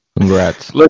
Congrats